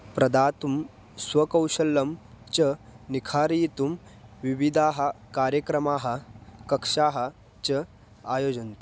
प्रदातुं स्वकौशलं च निखारयितुं विविधाः कार्यक्रमाः कक्षाः च आयोजयन्ति